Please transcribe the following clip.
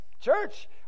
Church